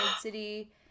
city